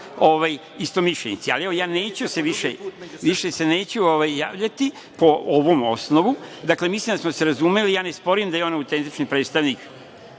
istomišljenici, ali, evo, neću se više javljati po ovom osnovu, dakle, mislim da smo se razumeli, ja ne sporim da je on autentični predstavnik